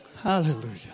Hallelujah